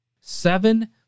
Seven